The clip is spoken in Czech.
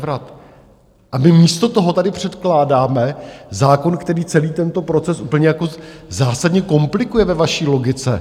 A my místo toho tady předkládáme zákon, který celý tento proces úplně jako zásadně komplikuje ve vaší logice.